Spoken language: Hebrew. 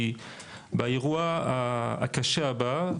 כי באירוע הקשה הבא,